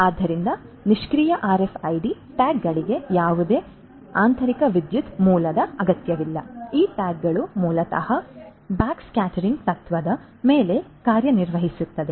ಆದ್ದರಿಂದ ನಿಷ್ಕ್ರಿಯ ಆರ್ಎಫ್ಐಡಿ ಟ್ಯಾಗ್ಗಳಿಗೆ ಯಾವುದೇ ಆಂತರಿಕ ವಿದ್ಯುತ್ ಮೂಲ ಅಗತ್ಯವಿಲ್ಲ ಈ ಟ್ಯಾಗ್ಗಳು ಮೂಲತಃ ಬ್ಯಾಕ್ಸ್ಕ್ಯಾಟರಿಂಗ್ ತತ್ವದ ಮೇಲೆ ಕಾರ್ಯನಿರ್ವಹಿಸುತ್ತವೆ